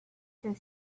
the